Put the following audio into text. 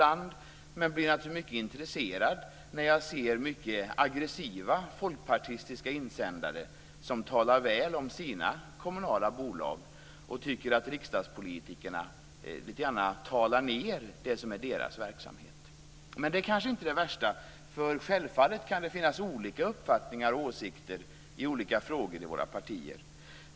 Men jag blir naturligtvis intresserad när jag ser mycket aggressiva folkpartistiska insändare där man talar väl om sina kommunala bolag och tycker att riksdagspolitikerna gärna ser ned på det som är deras verksamhet. Det är kanske inte det värsta. Självfallet kan det finnas olika uppfattningar och åsikter i olika frågor inom våra partier.